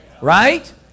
Right